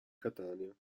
catania